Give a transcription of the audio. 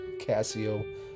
Casio